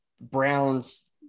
Brown's